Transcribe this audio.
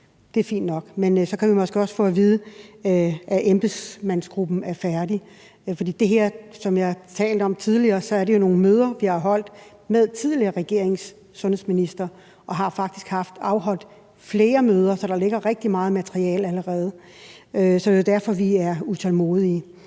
Det er fint nok. Men så kan vi måske også få at vide, hvornår embedsmandsgruppen er færdig. Som jeg har talt om tidligere, er det jo nogle møder, vi har holdt med den tidligere regerings sundhedsminister, og vi har faktisk haft afholdt flere møder, så der ligger allerede rigtig meget materiale. Så det er derfor, vi er utålmodige.